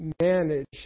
manage